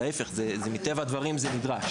אלא להפך מטבע הדברים שזה נדרש.